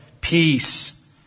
peace